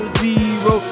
zero